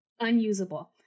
unusable